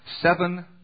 seven